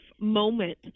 moment